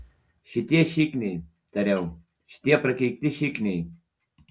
šitie šikniai tariau šitie prakeikti šikniai